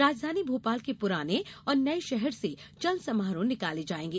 राजधानी भोपाल के पुराने और नये शहर से चल समारोह निकाले जायेंगे